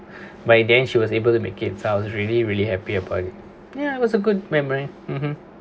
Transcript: by then she was able to make it I was really really happy about it ya it was a good memory mmhmm